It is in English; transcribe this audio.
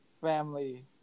family